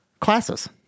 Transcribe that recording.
classes